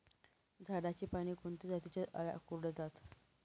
झाडाची पाने कोणत्या जातीच्या अळ्या कुरडतात?